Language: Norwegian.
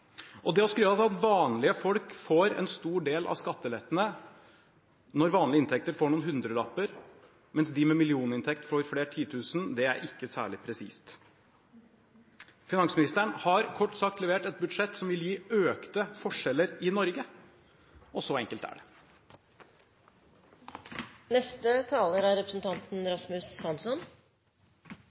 Og det å skulle ha det til at vanlige folk får en stor del av skattelettene når vanlige inntekter får noen hundrelapper, mens de med millioninntekt får flere titusen, det er ikke særlig presist. Finansministeren har kort sagt levert et budsjett som vil gi økte forskjeller i Norge, og så enkelt er det.